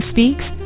Speaks